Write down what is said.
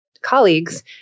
colleagues